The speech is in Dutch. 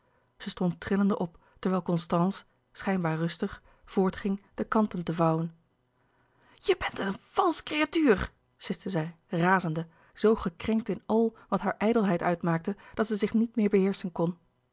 zij stond trillende op terwijl constance schijnbaar rustig voortging de kanten te vouwen je bent een valsch creatuur siste zij razende zoo gekrenkt in al wat hare ijdelheid uitmaakte dat zij zich niet meer beheerschen kon